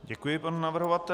Děkuji panu navrhovateli.